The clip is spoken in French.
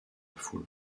foule